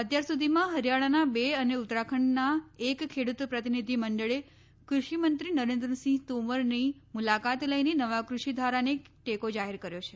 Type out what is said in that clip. અત્યાર સુધીમાં હરિયાણાના બે અને ઉત્તરાખંડના એક ખેડૂત પ્રતિનિધિમંડળે કૃષિમંત્રી નરેન્દ્રસિંહ તોમરની મુલાકાત લઈને નવા કૃષિધારાને ટેકો જાહેર કર્યો છે